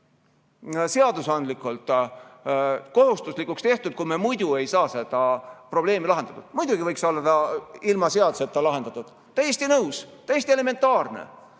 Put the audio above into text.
seadusandlikult see kohustuslikuks tehtud, kui muidu ei saa seda probleemi lahendatud? Muidugi võiks olla see ilma seaduseta lahendatud. Täiesti nõus, täiesti elementaarne.